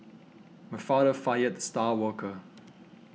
my father fired the star worker